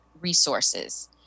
resources